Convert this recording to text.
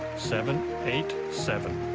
seven eight seven.